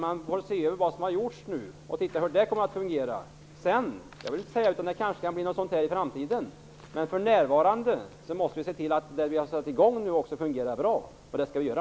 Man bör se på vad som gjorts och hur det kommer att fungera. För närvarande måste vi se till att det som satts i gång fungerar bra.